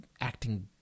acting